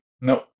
No